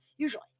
Usually